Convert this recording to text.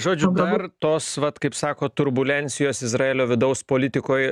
žodžiu dar tos vat kaip sakot turbulencijos izraelio vidaus politikoj